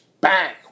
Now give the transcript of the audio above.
bang